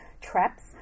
traps